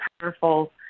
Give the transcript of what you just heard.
powerful